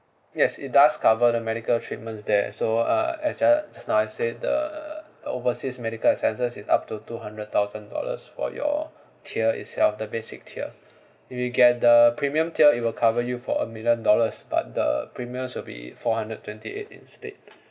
yes it does cover the medical treatments there so uh as jus~ just now I said the overseas medical expenses is up to two hundred thousand dollars for your tier itself the basic tier if you get the premium tier it will cover you for a million dollars but the premiums will be four hundred twenty eight instead